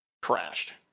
crashed